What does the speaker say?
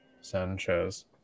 Sanchez